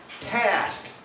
task